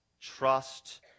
trust